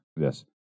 Yes